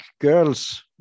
girls